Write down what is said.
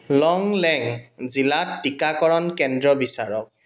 লংলেং জিলাত টীকাকৰণ কেন্দ্ৰ বিচাৰক